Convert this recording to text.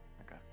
Okay